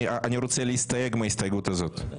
אני רוצה להסתייג מההסתייגות הזאת.